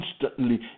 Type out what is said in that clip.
constantly